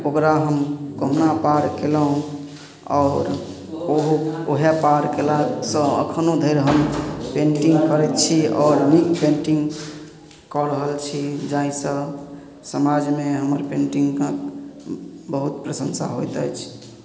ओकरा हम कहुना पार केलहुॅं आओर ओहो ओहे पार केलासँ अखनो धरि हम पेंटिंग करैत छी आओर नीक पेन्टिंग कऽ रहल छी जाहिसँ समाजमे हमर पेन्टिंग कऽ बहुत प्रशंसा होइत अइछ